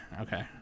okay